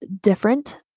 different